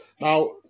Now